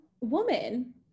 woman